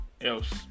else